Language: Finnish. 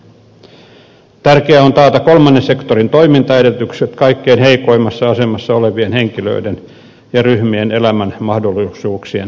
tärkeää on taata kolmannen sektorin toimintaedellytykset kaikkein heikoimmassa asemassa olevien henkilöiden ja ryhmien elämänmahdollisuuksien tukijana